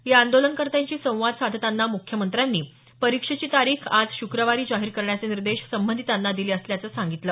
या आंदोलनकर्त्यांशी संवाद साधताना मुख्यमंत्र्यांनी परीक्षेची तारीख आज शुक्रवारी जाहीर करण्याचे निर्देश संबंधितांना दिले असल्याचं सांगितलं